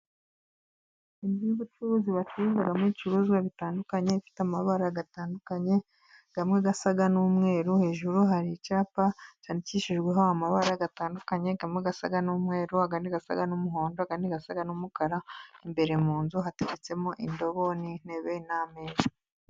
Amazu y'ubucuruzi bacururizamo ibicuruzwa bitandukanye, ifite amabara atandukanye amwe asa n'umweru, hejuru hari icyapa cyandikishijweho amabara atandukanye, amwe asa n'umweru, andi asa n'umuhondo, andi asa n'umukara, imbere mu nzu hateretsemo indobo n'intebe n'ameza.